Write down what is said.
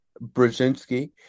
Brzezinski